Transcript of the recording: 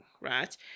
Right